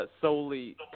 Solely